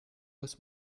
muss